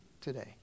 today